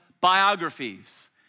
biographies